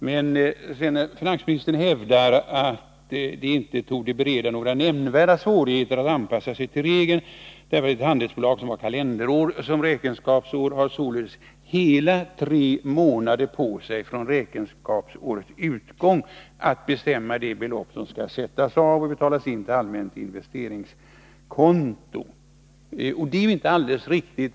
Men sedan hävdar finansministern att det inte torde bereda några nämnvärda svårigheter att anpassa sig till regeln därför att det handelsbolag som har kalenderår som räkenskapsår således har ”hela tre månader på sig från räkenskapsårets utgång att bestämma det belopp som skall sättas av och betalas in till allmänt investeringskonto”, och det är inte alldeles riktigt.